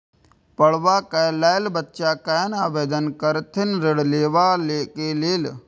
पढ़वा कै लैल बच्चा कैना आवेदन करथिन ऋण लेवा के लेल?